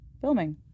filming